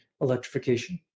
electrification